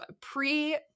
pre